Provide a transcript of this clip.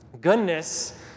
Goodness